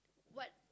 what